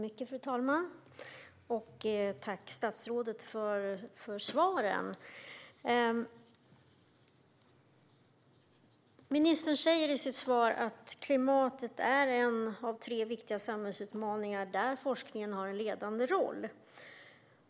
Fru talman! Jag tackar statsrådet för svaret, där hon säger att klimatet är en av tre viktiga samhällsutmaningar där forskningen har en ledande roll.